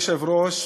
אדוני היושב-ראש,